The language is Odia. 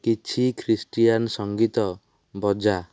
କିଛି ଖ୍ରୀଷ୍ଟିଆନ ସଂଗୀତ ବଜା